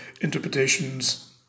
interpretations